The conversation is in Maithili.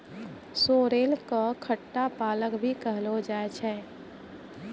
सोरेल कॅ खट्टा पालक भी कहलो जाय छै